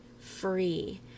free